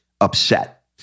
upset